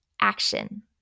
action